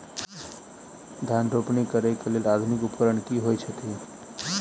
धान रोपनी करै कऽ लेल आधुनिक उपकरण की होइ छथि?